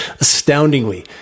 astoundingly